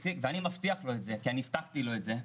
ואני מבטיח לו את זה, כי אני הבטחתי לו את זה,